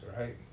right